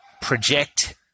project